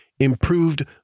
improved